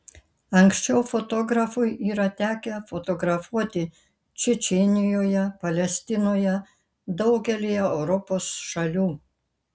anksčiau fotografui yra tekę fotografuoti čečėnijoje palestinoje daugelyje europos šalių